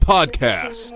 Podcast